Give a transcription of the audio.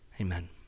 amen